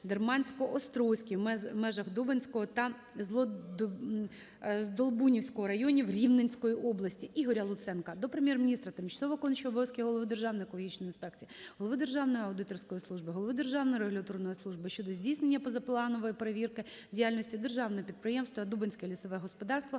"Дермансько-Острозький" у межах Дубенського та Здолбунівського районів Рівненської області. Ігоря Луценка до Прем'єр-міністра, тимчасово виконуючого обов'язки голови Державної екологічної інспекції, голови Державної аудиторської служби, голови Державної регуляторної служби щодо здійснення позапланової перевірки діяльності державного підприємства "Дубенське лісове господарство"